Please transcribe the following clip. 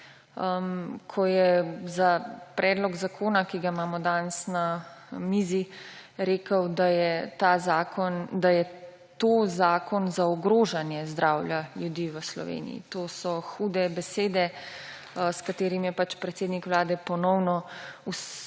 ko je za predlog zakona, ki ga imamo danes na mizi, rekel, da je to zakon za ogrožanje zdravja ljudi v Sloveniji. To so hude besede, s katerimi je predsednik vlade ponovno v svojem